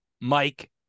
Mike